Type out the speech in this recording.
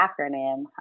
acronym